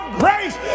grace